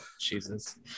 jesus